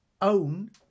own